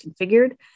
configured